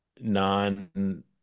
non